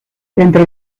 entre